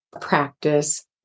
practice